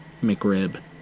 McRib